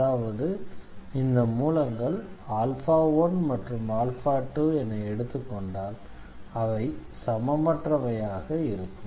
அதாவது இந்த மூலங்கள் 1 மற்றும் 2 என எடுத்துக் கொண்டால் அவை சமமற்றவையாக இருக்கும்